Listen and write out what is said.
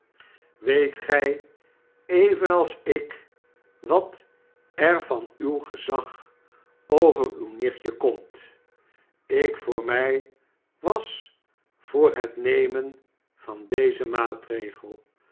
weet gij evenals ik wat er van uw gezag over uw nichtje komt ik voor my was voor het nemen van dien maatregel